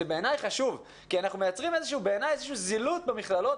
זה חשוב בעיני כי אנחנו יוצרים בדיון הזה זילות במכללות